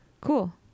cool